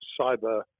cyber